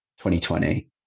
2020